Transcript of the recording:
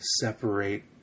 separate